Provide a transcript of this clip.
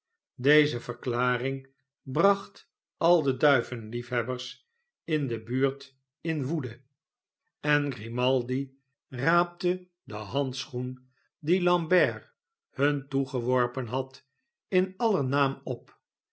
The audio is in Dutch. deze verklaring bracht al de duivenlief hebbers in de buurt in woede dickens josef grimaldi jozef grimaldi en grimaldi raapte den handschoen dien lambert nun toegeworpen had in aller naam op